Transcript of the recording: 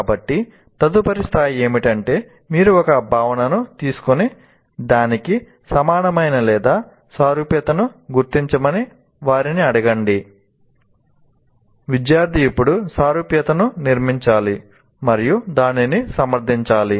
కాబట్టి తదుపరి స్థాయి ఏమిటంటే మీరు ఒక భావనను తీసుకొని దానికి సమానమైన లేదా సారూప్యతను గుర్తించమని వారిని అడగండి విద్యార్థి ఇప్పుడు సారూప్యతను నిర్మించాలి మరియు దానిని సమర్థించాలి